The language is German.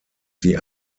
sie